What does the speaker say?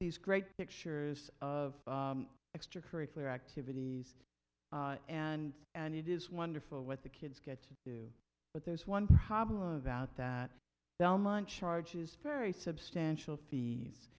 these great pictures of extracurricular activities and and it is wonderful what the kids get to do but there's one problem about that down line charges very substantial fees